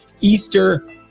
Easter